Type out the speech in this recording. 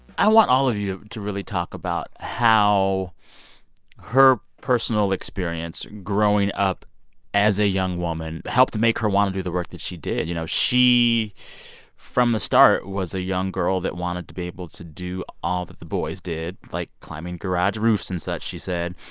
i want all of you to really talk about how her personal experience growing up as a young woman helped make her want to do the work that she did. you know, she from the start was a young girl that wanted to be able to do all that the boys did, like climbing garage roofs and such, she said.